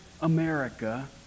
America